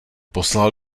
poslal